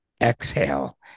exhale